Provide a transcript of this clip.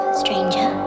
stranger